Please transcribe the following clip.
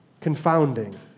Confounding